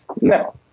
No